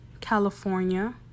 California